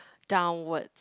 downwards